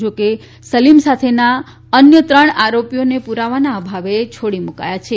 જોકે સલીમ સાથેના સત્ય ત્રણ આરોપીઓને પુરાવાના અભાવે છોડી મુકાયા હતા